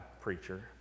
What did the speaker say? preacher